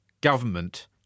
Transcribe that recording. government